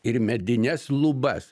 ir medines lubas